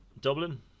Dublin